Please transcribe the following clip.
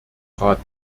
rat